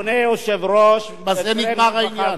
אדוני היושב-ראש, בזה נגמר העניין.